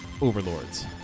overlords